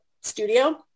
studio